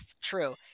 true